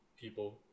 people